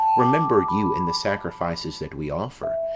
remember you in the sacrifices that we offer,